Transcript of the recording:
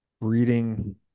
reading